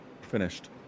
Finished